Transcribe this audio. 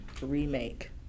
remake